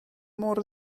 mor